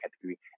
category